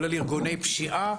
כולל ארגוני פשיעה.